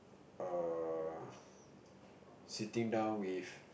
err sitting down with